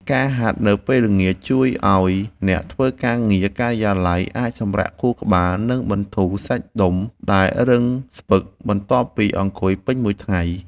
ការហាត់នៅពេលល្ងាច ជួយឱ្យអ្នកធ្វើការងារការិយាល័យអាចសម្រាកខួរក្បាល និងបន្ធូរសាច់ដុំដែលរឹងស្ពឹកបន្ទាប់ពីអង្គុយពេញមួយថ្ងៃ។